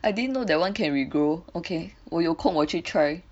I didn't know that one can regrow ok 我有空我去 try